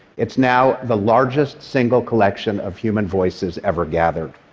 it's now the largest single collection of human voices ever gathered.